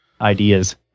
ideas